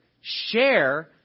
share